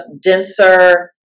denser